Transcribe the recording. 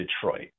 Detroit